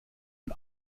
und